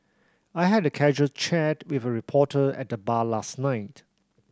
I had a casual chat with a reporter at the bar last night